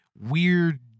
weird